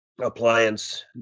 appliance